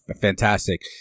fantastic